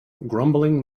grumbling